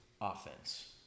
offense